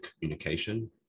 communication